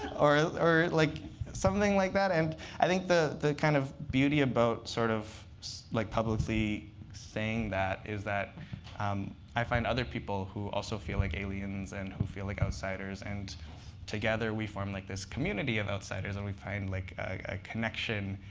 or or like something like that. and i think the the kind of beauty about sort of like publicly saying that is that um i find other people who also feel like aliens and who feel like outsiders. and together, we form like this community of outsiders, and we find like a connection.